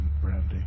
brandy